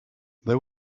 they